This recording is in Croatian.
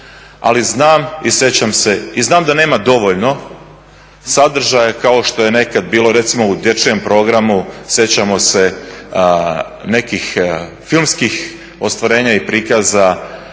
ali znam i sjećam se i znam da nema dovoljno sadržaja kao što je nekada bilo recimo u dječjem programu sjećamo se nekih filmskih ostvarenja i prikaza